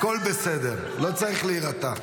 הכול בסדר, לא צריך להירתע.